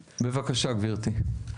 בבקשה, גברתי.